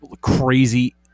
crazy